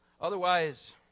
Otherwise